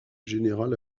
générale